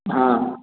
हाँ